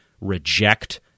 reject